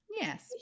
Yes